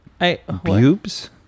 Bubes